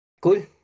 Cool